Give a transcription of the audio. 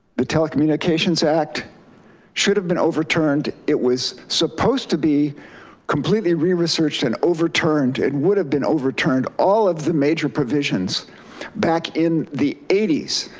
the telecommunications act should have been overturned. it was supposed to be completely researched and overturned and would have been overturned all of the major provisions back in the eighties.